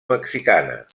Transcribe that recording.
mexicana